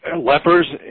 lepers